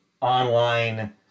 online